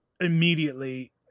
immediately